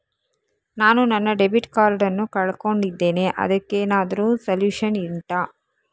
ನಾನು ನನ್ನ debit card ನ್ನು ಕಳ್ಕೊಂಡಿದ್ದೇನೆ ಅದಕ್ಕೇನಾದ್ರೂ ಸೊಲ್ಯೂಷನ್ ಉಂಟಾ